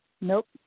Nope